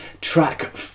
track